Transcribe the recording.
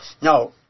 No